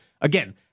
again